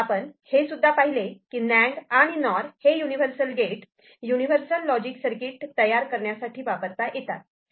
आपण हे सुद्धा पाहिले की नॅन्ड आणि नॉर हे universal gate universal logic circuit तयार करण्यासाठी वापरता येतात